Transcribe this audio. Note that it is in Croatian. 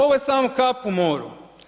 Ovo je samo kap u moru.